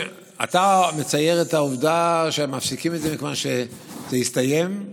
אתה מצייר את העובדה שהם מפסיקים את זה מכיוון שזה הסתיים?